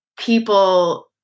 people